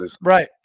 right